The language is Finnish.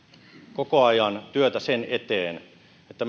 koko ajan työtä sen eteen että